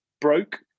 broke